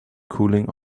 cooling